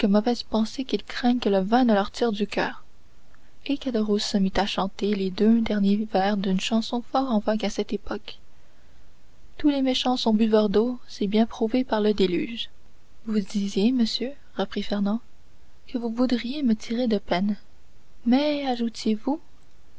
mauvaise pensée qu'ils craignent que le vin ne leur tire du coeur et caderousse se mit à chanter les deux derniers vers d'une chanson fort en vogue à cette époque tous les méchants sont buveurs d'eau c'est bien prouvé par le déluge vous disiez monsieur reprit fernand que vous voudriez me tirer de peine mais ajoutiez vous